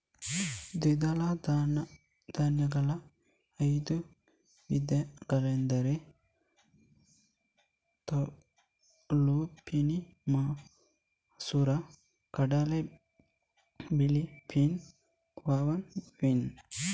ದ್ವಿದಳ ಧಾನ್ಯಗಳ ಐದು ವಿಧಗಳೆಂದರೆ ಲುಪಿನಿ ಮಸೂರ ಕಡಲೆ, ಬಿಳಿ ಬೀನ್ಸ್, ಫಾವಾ ಬೀನ್ಸ್